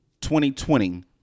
2020